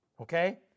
Okay